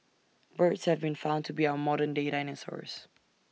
birds have been found to be our modern day dinosaurs